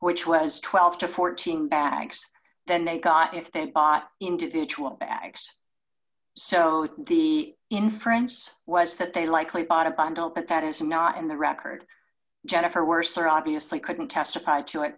which was twelve to fourteen backs then they got it then bought individual acts so the inference was that they likely bought a bundle but that is not in the record jennifer worser obviously couldn't testify to it